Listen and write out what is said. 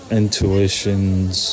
intuitions